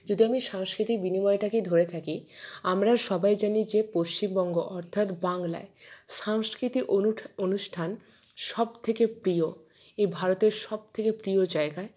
যদি আমি সাংস্কৃতিক বিনিময়টাকেই ধরে থাকি আমরা সবাই জানি যে পশ্চিমবঙ্গ অর্থাৎ বাংলায় সাংস্কৃতিক অনুষ্ঠান সবথেকে প্রিয় এই ভারতের সবথেকে প্রিয় জায়গায়